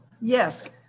Yes